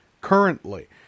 currently